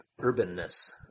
urbanness